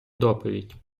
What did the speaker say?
доповідь